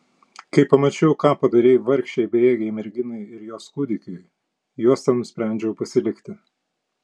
kai pamačiau ką padarei vargšei bejėgei merginai ir jos kūdikiui juostą nusprendžiau pasilikti